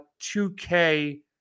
2K